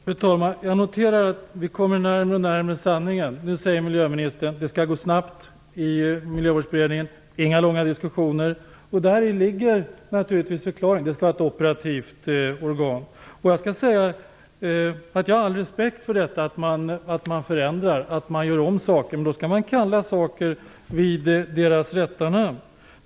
Fru talman! Jag noterar att vi kommer närmare och närmare sanningen. Miljöministern säger att arbetet skall gå snabbt i Miljövårdsberedningen. Det skall inte vara några långa diskussioner. Däri ligger naturligtvis förklaringen: Det skall vara ett operativt organ. Jag har all respekt för att det sker förändringar. Men då skall man kalla sakerna vid deras rätta namn.